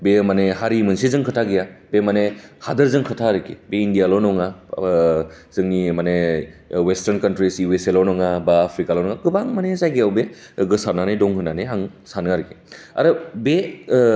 बे माने हारि मोनसेजों खोथा गैया बे मानि हादोरजों खोथा आरोखि बे इण्डियाल' नङा जोंनि मानि वेस्टोर्न कान्ट्रि इउ एसल' नङा बा आफ्रिकाल' नङा गोबां माने जायगायाव बे गोसारनानै दं होनानै आं सानो आरोखि आरो बे